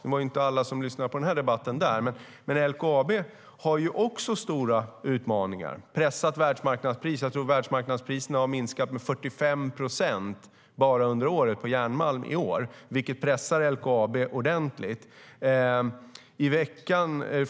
Nu var inte alla som lyssnar på den här debatten där, men LKAB har också stora utmaningar, såsom pressat världsmarknadspris. Världsmarknadspriserna på järnmalm har minskat med 45 procent bara i år, vilket pressar LKAB ordentligt.